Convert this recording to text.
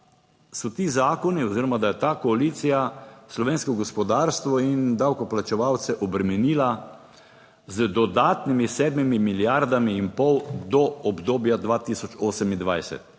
so ti zakoni oziroma da je ta koalicija slovensko gospodarstvo in davkoplačevalce obremenila z dodatnimi sedmimi milijardami in pol do obdobja 2028,